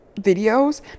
videos